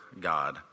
God